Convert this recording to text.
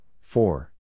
four